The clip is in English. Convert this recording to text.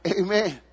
Amen